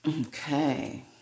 Okay